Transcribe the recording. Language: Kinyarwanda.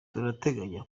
turateganya